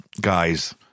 guys